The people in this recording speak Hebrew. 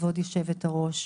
כבוד יושבת הראש,